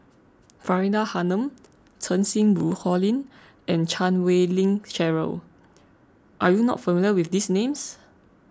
Faridah Hanum Cheng Xinru Colin and Chan Wei Ling Cheryl are you not familiar with these names